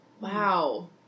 Wow